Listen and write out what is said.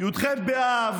כנסת נכבדה,